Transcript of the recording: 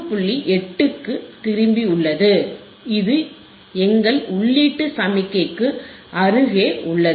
8 க்கு திரும்பியுள்ளது இது எங்கள் உள்ளீட்டு சமிக்ஞைக்கு அருகே உள்ளது